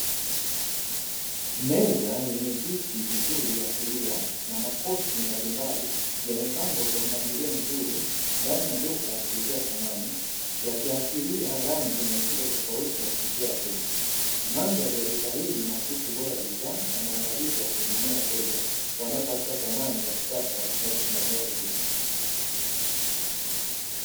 Meza yenye viti vizuri ya kulia na makochi mbalimbali yamepangwa kwa mpangilio mzuri ndani ya duka la kuuzia samani yakiashiria rangi na mitindo tofauti ya kuvutia wateja. Mandhari ya duka hili inaakisi ubora wa bidhaa na maandalizi ya kuwahudumia wateja wanaotafuta samani za kisasa na zinazodumu.